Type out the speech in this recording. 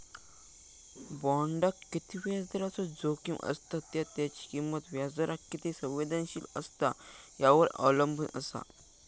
बॉण्डाक किती व्याजदराचो जोखीम असता त्या त्याची किंमत व्याजदराक किती संवेदनशील असता यावर अवलंबून असा